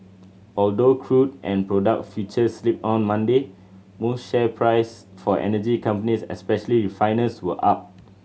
although crude and product futures slipped on Monday most share price for energy companies especially refiners were up